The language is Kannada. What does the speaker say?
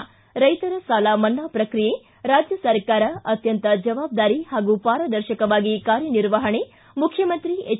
ಿ ರೈತರ ಸಾಲ ಮನ್ನಾ ಪ್ರಕ್ರಿಯೆ ರಾಜ್ಯ ಸರ್ಕಾರ ಅತ್ಯಂತ ಜವಾಬ್ದಾರಿ ಹಾಗೂ ಪಾರದರ್ಶಕವಾಗಿ ಕಾರ್ಯನಿರ್ವಹಣೆ ಮುಖ್ಯಮಂತ್ರಿ ಎಚ್